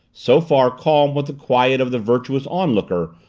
so far calm with the quiet of the virtuous onlooker,